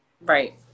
Right